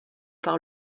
par